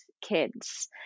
kids